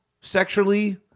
sexually